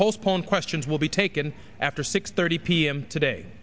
postpone questions will be taken after six thirty p m today